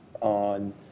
on